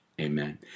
Amen